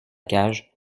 cage